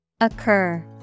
Occur